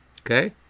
okay